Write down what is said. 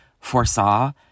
foresaw